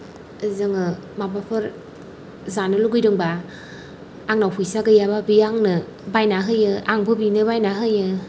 जोङो माबाफोर जानो लुगैदोंबा आंनाव फैसा गैयाबा बे आंनो बायना होयो आंबो बेनो बायना होयो